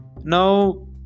Now